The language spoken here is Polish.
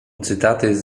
cytaty